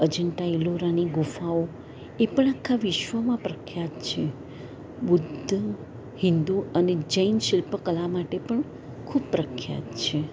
અજંટા ઇલોરાની ગુફાઓ એ પણ આખા વિશ્વમાં પ્રખ્યાત છે બુધ્ધ હિન્દુ અને જૈન શિલ્પકલા માટે પણ ખૂબ પ્રખ્યાત છે